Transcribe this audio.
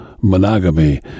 monogamy